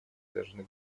должны